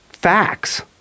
facts